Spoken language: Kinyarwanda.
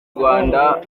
rwanda